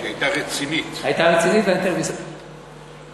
הייתה רצינית ואני תכף אספר את זה.